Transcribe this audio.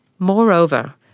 moreover,